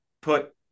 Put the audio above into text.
put